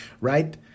right